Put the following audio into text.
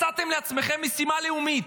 מצאתם לעצמכם משימה לאומית,